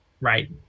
Right